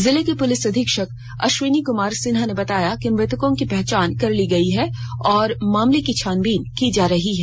जिले के पुलिस अधीक्षक अध्विनी कमार सिन्हा ने बताया कि मृतकों की पहचान कर ली गयी है और मामले की छानबीन की जा रही है